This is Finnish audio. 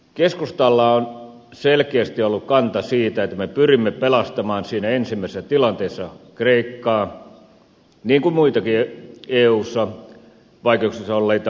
keskustalla on selkeästi ollut kanta siitä että me pyrimme pelastamaan siinä ensimmäisessä tilanteessa kreikkaa niin kuin muitakin eussa vaikeuksissa olleita valtioita